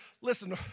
listen